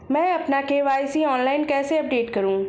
मैं अपना KYC online कैसे अपडेट करूँ?